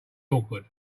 awkward